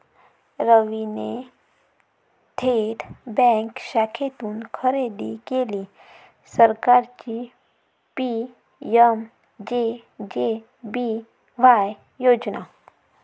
रवीने थेट बँक शाखेतून खरेदी केली सरकारची पी.एम.जे.जे.बी.वाय योजना